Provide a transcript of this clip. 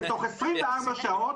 ותוך 24 שעות,